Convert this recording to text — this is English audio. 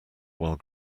while